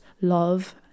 love